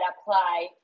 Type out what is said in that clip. apply